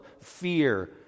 fear